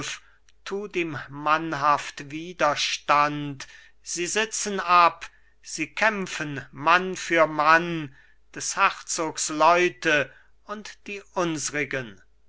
tut ihm mannhaft widerstand sie sitzen ab sie kämpfen mann für mann des herzogs leute und die